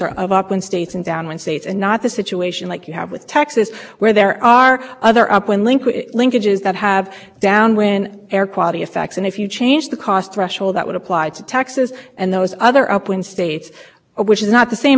and maintenance e p a here did take into account they did exist they did essentially what petitioners are asking them to do they took into account the magnitude of the different the possible differences in the magnitude of